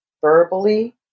verbally